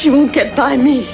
she won't get by me